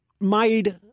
made